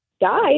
died